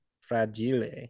fragile